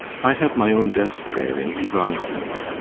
i have my own desk there in ivan's room.